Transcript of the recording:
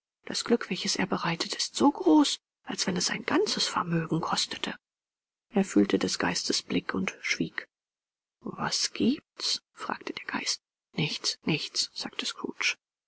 das glück welches er bereitet ist so groß als wenn es sein ganzes vermögen kostete er fühlte des geistes blick und schwieg was giebt's fragte der geist nichts nichts sagte